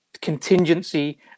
contingency